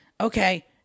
okay